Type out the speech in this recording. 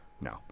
No